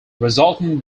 resultant